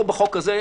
פה בחוק הזה,